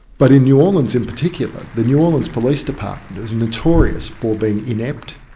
but in new orleans in particular, the new orleans police department is notorious for being inept,